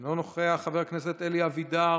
אינו נוכח, חבר הכנסת אלי אבידר